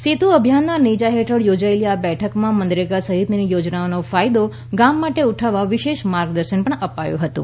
સેતુ અભિયાનના નેજા હેઠળ યોજાયેલી આ બેઠકમાં મનરેગા સહિતની યોજનાનો ફાયદો ગામ માટે ઉઠાવવા વિષે માર્ગ દર્શન અપાયું હતું